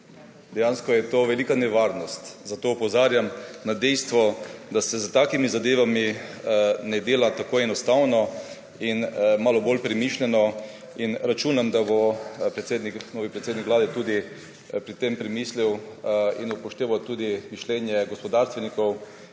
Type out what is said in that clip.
Dejansko je to velika nevarnost. Zato opozarjam na dejstvo, da se s takimi zadevami ne dela tako enostavno in se dela malo bolj premišljeno. Računam, da bo novi predsednik Vlade tudi o tem premislil in upošteval tudi mišljenje gospodarstvenikov,